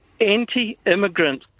anti-immigrant